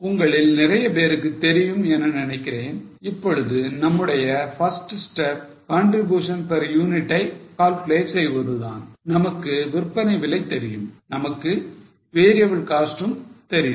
உங்களில் நிறையபேருக்கு தெரியும் என நினைக்கிறேன் இப்பொழுது நம்முடைய first step contribution per unit ஐ calculate செய்வதுதான் நமக்கு விற்பனை விலை தெரியும் நமக்கு variable costs ம் தெரியும்